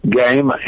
game